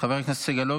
חבר הכנסת סגלוביץ',